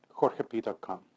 jorgep.com